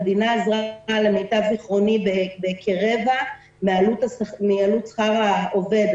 המדינה עזרה למיטב זיכרוני ברבע מעלות שכר העובד,